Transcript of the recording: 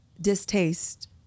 distaste